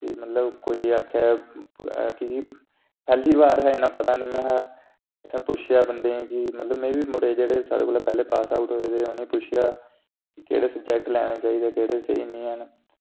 भी मतलब कोई आखै आखै जी पैह्ली बार ही इन्ना पता निं ऐ असें पुच्छेआ बंदें ई कि मतलब में मुड़े ई जेह्ड़े साढ़े कोला पैह्लें पास आउट होए दे हे उ'नें ई पुच्छेआ कि केह्ड़े सब्जैक्ट लैने चाहिदे केह्डे स्हेई निं हैन